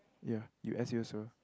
ya